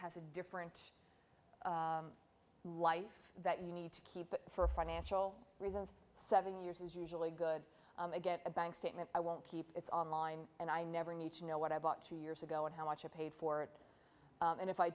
has a different life that you need to keep for financial reasons seven years is usually good to get a bank statement i won't keep it's online and i never need to know what i bought two years ago and how much i paid for it and if i